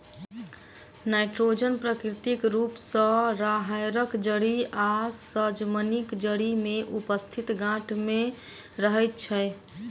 nitrogen प्राकृतिक रूप सॅ राहैड़क जड़ि आ सजमनिक जड़ि मे उपस्थित गाँठ मे रहैत छै